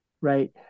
Right